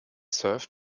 served